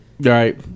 Right